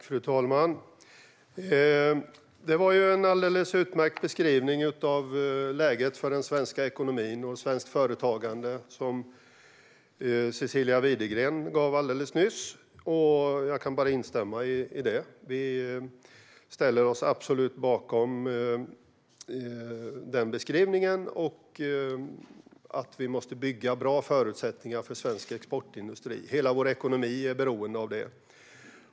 Fru talman! Det var en alldeles utmärkt beskrivning av läget för den svenska ekonomin och svenskt företagande som Cecilia Widegren gav alldeles nyss. Jag kan bara instämma. Vi ställer oss absolut bakom den beskrivningen. Det måste byggas bra förutsättningar för svensk exportindustri. Hela vår ekonomi är beroende av det.